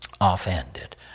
Offended